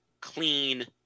clean